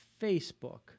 Facebook